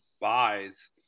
buys